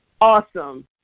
awesome